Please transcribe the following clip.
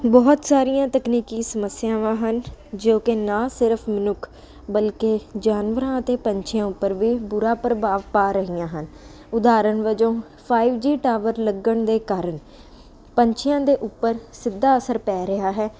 ਬਹੁਤ ਸਾਰੀਆਂ ਤਕਨੀਕੀ ਸਮੱਸਿਆਵਾਂ ਹਨ ਜੋ ਕਿ ਨਾ ਸਿਰਫ਼ ਮਨੁੱਖ ਬਲਕਿ ਜਾਨਵਰਾਂ ਅਤੇ ਪੰਛੀਆਂ ਉੱਪਰ ਵੀ ਬੁਰਾ ਪ੍ਰਭਾਵ ਪਾ ਰਹੀਆਂ ਹਨ ਉਦਾਹਰਣ ਵਜੋਂ ਫਾਈਵ ਜੀ ਟਾਵਰ ਲੱਗਣ ਦੇ ਕਾਰਨ ਪੰਛੀਆਂ ਦੇ ਉੱਪਰ ਸਿੱਧਾ ਅਸਰ ਪੈ ਰਿਹਾ ਹੈ